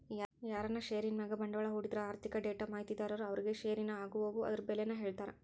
ಯಾರನ ಷೇರಿನ್ ಮ್ಯಾಗ ಬಂಡ್ವಾಳ ಹೂಡಿದ್ರ ಆರ್ಥಿಕ ಡೇಟಾ ಮಾಹಿತಿದಾರರು ಅವ್ರುಗೆ ಷೇರಿನ ಆಗುಹೋಗು ಅದುರ್ ಬೆಲೇನ ಹೇಳ್ತಾರ